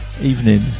evening